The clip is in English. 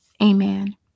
amen